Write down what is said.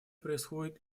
происходит